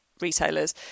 retailers